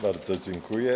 Bardzo dziękuję.